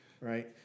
Right